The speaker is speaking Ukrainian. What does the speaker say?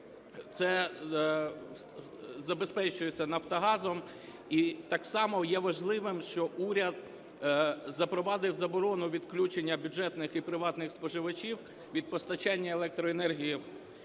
це забезпечується Нафтогазом. І так само є важливим, що уряд запровадив заборону відключення бюджетних і приватних споживачів від постачання електроенергії,